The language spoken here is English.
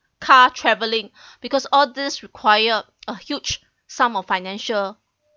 car travelling because all these require a huge sum of financial